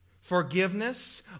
forgiveness